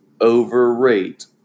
overrate